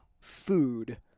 food